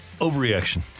Overreaction